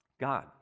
God